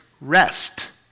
rest